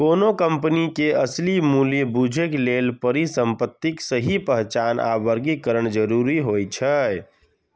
कोनो कंपनी के असली मूल्य बूझय लेल परिसंपत्तिक सही पहचान आ वर्गीकरण जरूरी होइ छै